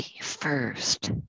first